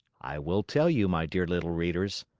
i will tell you, my dear little readers.